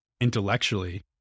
intellectually